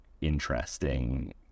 interesting